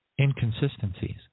inconsistencies